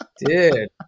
Dude